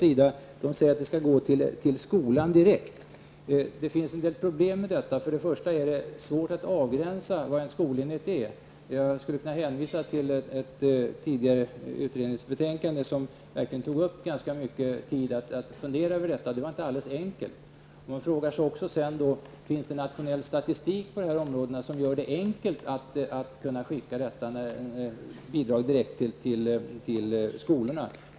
Jag vill i korthet säga till Eva Goe s att det finns en del problem med detta. Det är bl.a. svårt att definiera vad en skolenhet är. Jag kan hänvisa till ett tidigare utredningsbetänkande där man kom fram till att detta inte är alldeles enkelt. Man måste också fråga sig om det finns nationell statistik på detta område som gör det enkelt att skicka bidraget direkt till skolorna.